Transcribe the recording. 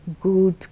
good